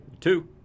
Two